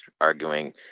arguing